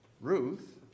Ruth